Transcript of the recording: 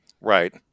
Right